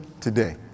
today